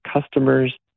customers